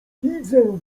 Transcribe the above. widzę